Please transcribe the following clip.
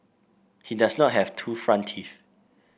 he does not have two front teeth